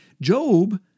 Job